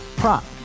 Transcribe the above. prop